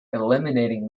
eliminating